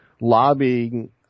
lobbying